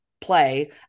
play